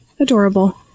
adorable